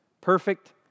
perfect